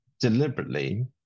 deliberately